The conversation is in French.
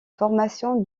formation